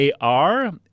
AR